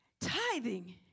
Tithing